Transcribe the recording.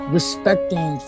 Respecting